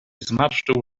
zmarszczył